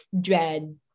dread